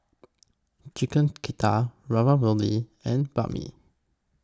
Chicken Ravioli and Banh MI